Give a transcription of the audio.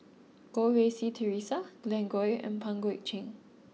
Goh Rui Si Theresa Glen Goei and Pang Guek Cheng